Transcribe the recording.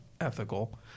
ethical